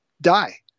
die